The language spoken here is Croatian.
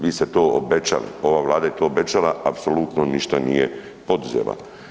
Vi ste to obećali, ova Vlada je to obećala, apsolutno ništa nije poduzela.